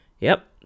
Yep